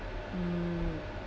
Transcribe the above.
mm